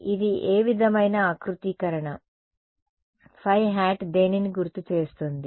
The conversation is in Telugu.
ఇది ఏ విధమైన ఆకృతీకరణ ϕˆ దేనిని గుర్తు చేస్తుంది